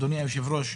אדוני היושב-ראש,